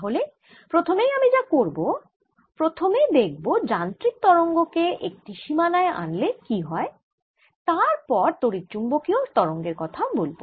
তাহলে প্রথমেই আমি যা করব প্রথমে দেখব যান্ত্রিক তরঙ্গ কে একটি সীমানায় আনলে কি হয় তার পর তড়িৎচুম্বকীয় তরঙ্গের কথা বলব